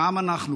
גם אנחנו,